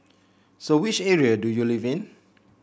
so which area do you live in